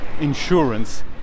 insurance